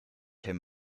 him